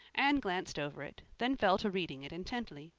anne glanced over it, then fell to reading it intently.